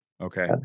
okay